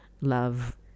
Love